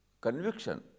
conviction